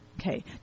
Okay